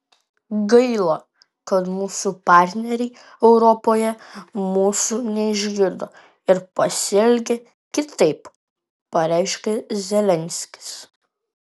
gaila kad mūsų partneriai europoje mūsų neišgirdo ir pasielgė kitaip pareiškė zelenskis